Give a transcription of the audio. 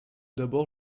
d’abord